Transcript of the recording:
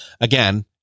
again